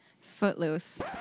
Footloose